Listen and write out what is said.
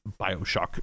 Bioshock